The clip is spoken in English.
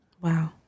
Wow